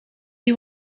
die